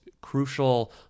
crucial